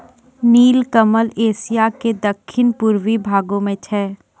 नीलकमल एशिया के दक्खिन पूर्वी भागो मे छै